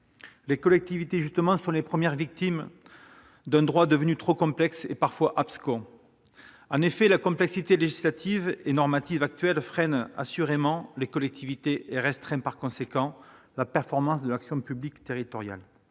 Celles-ci sont en effet les premières victimes d'un droit trop complexe et parfois abscons. La complexité législative et normative actuelle freine assurément les collectivités et restreint par conséquent la performance de l'action publique territoriale.